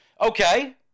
Okay